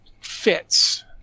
fits